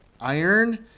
iron